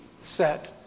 set